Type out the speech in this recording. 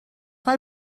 mae